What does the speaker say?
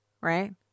right